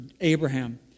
Abraham